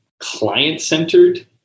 client-centered